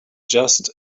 just